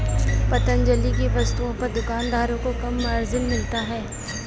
पतंजलि की वस्तुओं पर दुकानदारों को कम मार्जिन मिलता है